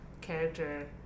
character